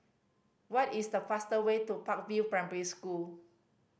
what is the fastest way to Park View Primary School